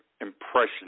impression